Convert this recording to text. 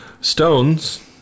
stones